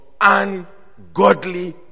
ungodly